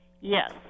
yes